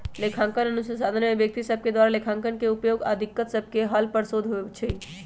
लेखांकन अनुसंधान में व्यक्ति सभके द्वारा लेखांकन के उपयोग आऽ दिक्कत सभके हल पर शोध होइ छै